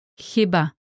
hiba